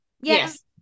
Yes